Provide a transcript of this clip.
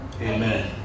Amen